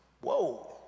whoa